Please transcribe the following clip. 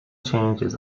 changes